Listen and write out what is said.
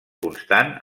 constant